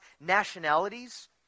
nationalities